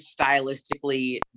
stylistically